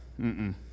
mm-mm